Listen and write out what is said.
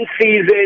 season